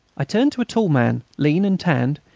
i turned to a tall man, lean and tanned,